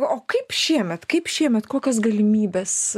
o kaip šiemet kaip šiemet kokios galimybės